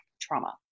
trauma